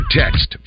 text